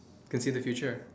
can see the future